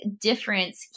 difference